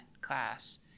class